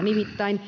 nimittäin